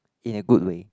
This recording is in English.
in a good way